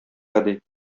гади